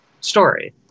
story